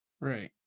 Right